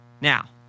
Now